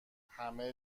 همه